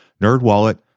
NerdWallet